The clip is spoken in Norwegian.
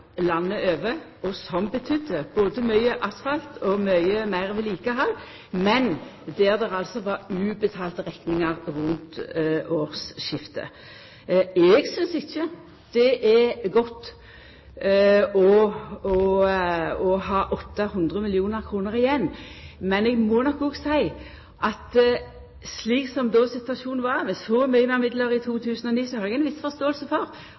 landet over, og som betydde både mykje asfalt og mykje meir vedlikehald, men der det var ubetalte rekningar rundt årsskiftet. Eg synest ikkje det er godt å ha 800 mill. kr igjen. Men eg må nok òg seia at slik situasjonen då var, med så mykje midlar løyvde i 2009 har eg ei viss forståing for